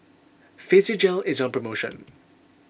Physiogel is on promotion